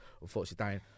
unfortunately